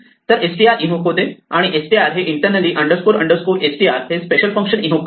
तर str invoke होते आणि str हे इंटरनली str हे स्पेशल फंक्शन इन्व्होक करते